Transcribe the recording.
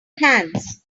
hands